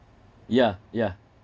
yeah yeah